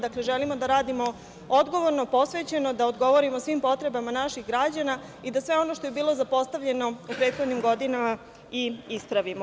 Dakle, želimo da radimo odgovorno, posvećeno, da odgovorimo svim potrebama naših građana i da sve ono što je bilo zapostavljeno u prethodnim godinama i ispravimo.